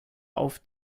auf